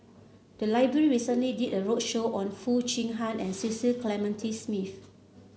the library recently did a roadshow on Foo Chee Han and Cecil Clementi Smith